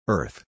Earth